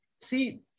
See